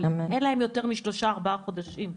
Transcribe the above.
אבל אין להם יותר משלושה ארבעה חודשים,